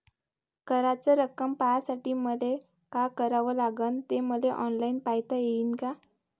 कराच रक्कम पाहासाठी मले का करावं लागन, ते मले ऑनलाईन पायता येईन का?